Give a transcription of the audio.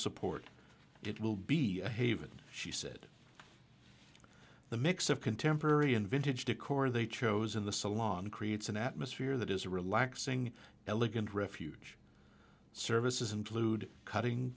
support it will be a haven she said the mix of contemporary and vintage decor they chose in the salon creates an atmosphere that is a relaxing elegant refuge services include cutting